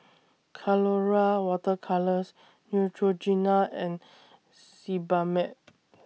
Colora Water Colours Neutrogena and Sebamed